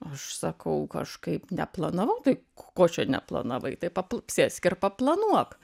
aš sakau kažkaip neplanavau taip ko čia neplanavai tai papl sėsk ir planuok